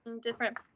different